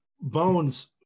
Bones